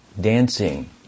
dancing